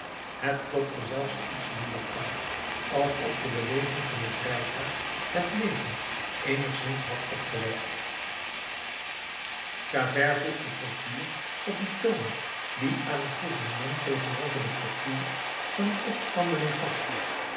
het klopte zelfs iets minder flauw alsof de beweging van het rijtuig het leven eenigszins had opgewekt javert vroeg den portier op een toon die aan het gouvernement tegenover den portier van een opstandeling past